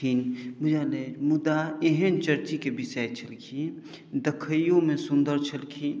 खिन बुझल अछि मुदा एहन चर्चके विषय छलखिन देखैओमे सुन्दर छलखिन